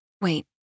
Wait